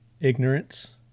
Ignorance